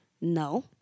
No